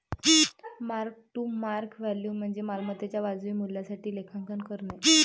mark to market value म्हणजे मालमत्तेच्या वाजवी मूल्यासाठी लेखांकन करणे